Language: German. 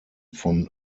von